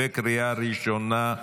בקריאה ראשונה.